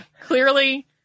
Clearly